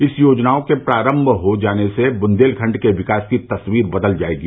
इन योजनाओं के प्रारम्भ हो जाने से बुंदेलखंड के विकास की तस्वीर बदल जायेगी